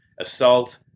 assault